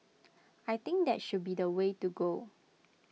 I think that should be the way to go